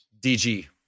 DG